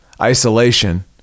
isolation